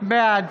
בעד